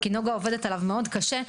כי נגה עובדת עליו מאוד קשה.